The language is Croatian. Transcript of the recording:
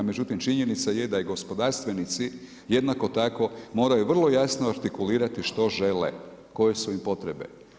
Međutim činjenica je da i gospodarstvenici jednako tako moraju vrlo jasno artikulirati što žele, koje su im potrebe.